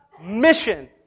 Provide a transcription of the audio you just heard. mission